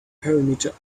parameter